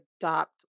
adopt